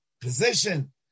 position